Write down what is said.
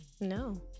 No